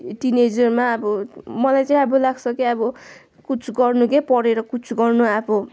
टिनेजरमा अब मलाई चाहिँ अब लाग्छ कि अब कुछ गर्नु क्या पढेर कुछ गर्नु अब